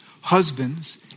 husbands